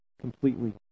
completely